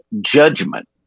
judgment